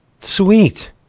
Sweet